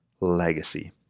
Legacy